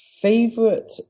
favorite